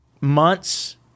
months